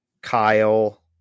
Kyle